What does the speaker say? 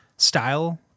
style